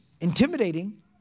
intimidating